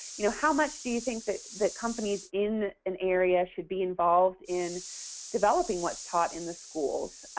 you know how much do you think the companies in an area should be involved in developing what's taught in the schools?